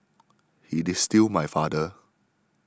he is still my father